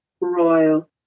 Royal